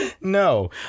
No